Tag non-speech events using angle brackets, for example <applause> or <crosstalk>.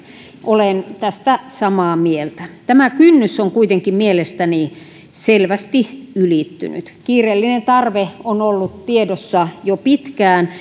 olen tästä samaa mieltä tämä kynnys on kuitenkin mielestäni selvästi ylittynyt kiireellinen tarve on ollut tiedossa jo pitkään <unintelligible>